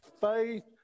faith